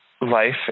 life